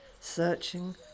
Searching